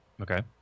Okay